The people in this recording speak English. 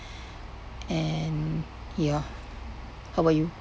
and ya how about you